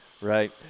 right